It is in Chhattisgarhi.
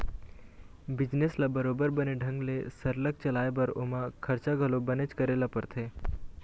बिजनेस ल बरोबर बने ढंग ले सरलग चलाय बर ओमा खरचा घलो बनेच करे ल परथे